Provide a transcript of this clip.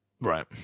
Right